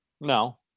No